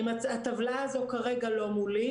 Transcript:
הטבלה הזאת כרגע לא מולי.